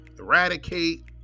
eradicate